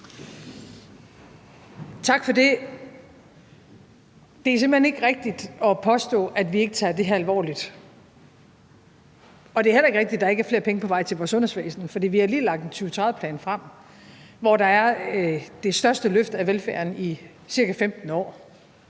Tak for det. Det er simpelt hen ikke rigtigt at påstå, at vi ikke tager det her alvorligt, og det er heller ikke rigtigt, at der ikke er flere penge på vej til vores sundhedsvæsen. For vi har lige lagt en 2030-plan frem, hvor der er det største løft af velfærden i ca. 15 år,